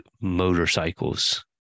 motorcycles